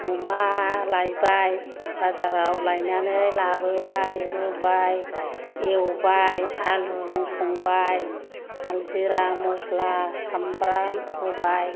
अमा लायबाय बाजाराव लायनानै लाबोबाय रुबाय एवबाय आलुजों संबाय जिरा मस्ला सामब्राम होबाय